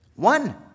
One